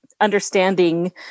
understanding